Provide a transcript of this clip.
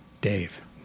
Dave